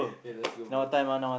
hey let's go bro